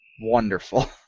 Wonderful